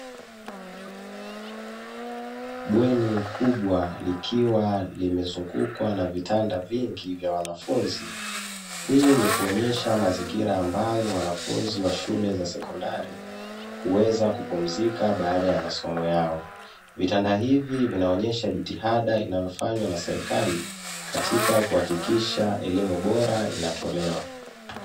Bweni kubwa likiwa limezungukwa na vitanda vingi vya wanafunzi, hii ni kuonesha mazingira ambayo wanafunzi wa shule za sekondari, huweza kupumzika baada ya masomo yao, vitanda hivi vinaonyesha jitihada inayofanywa na serikali katika kuhakikisha elimu bora inazotolewa.